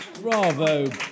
bravo